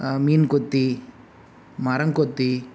மீன்கொத்தி மரங்கொத்தி